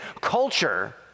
culture